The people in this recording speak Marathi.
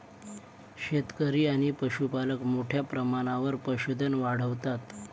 शेतकरी आणि पशुपालक मोठ्या प्रमाणावर पशुधन वाढवतात